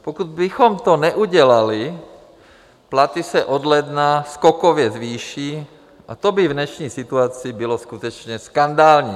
Pokud bychom to neudělali, platy se od ledna skokově zvýší, a to by v dnešní situaci bylo skutečně skandální.